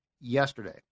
yesterday